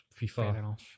FIFA